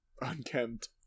Unkempt